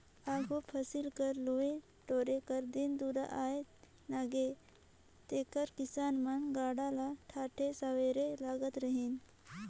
आघु फसिल कर लुए टोरे कर दिन दुरा आए नगे तेकर किसान मन गाड़ा ल ठाठे सवारे लगत रहिन